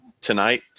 tonight